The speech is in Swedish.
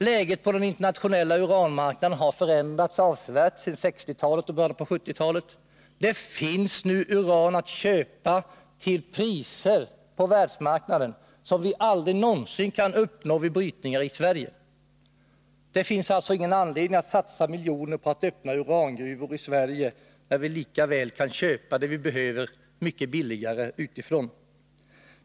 Läget på den internationella uranmarknaden har förändrats avsevärt sedan 1960-talet och början på 1970-talet. Det finns nu uran att köpa på världsmarknaden till priser som vi aldrig någonsin kan uppnå vid brytning i Sverige. Det finns alltså ingen anledning att satsa miljoner på att öppna urangruvor i Sverige när vi lika väl kan köpa det vi behöver mycket billigare utifrån.